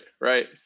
right